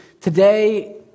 Today